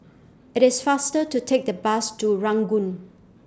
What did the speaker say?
IT IS faster to Take The Bus to Ranggung